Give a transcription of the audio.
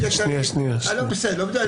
בסדר.